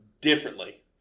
differently